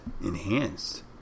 enhanced